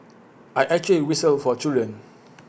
I actually whistle for children